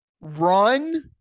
run